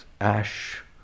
ash